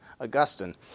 Augustine